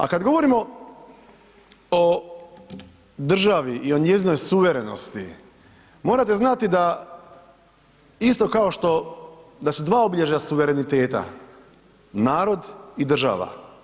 A kad govorimo o državi i o njezinoj suverenosti, morate znati da isto kao što, da su dva obilježja suvereniteta, narod i država.